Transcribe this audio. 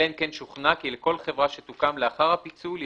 אלא אם כן שוכנע כי לכל חברה שתוקם לאחר הפיצול ישויכו,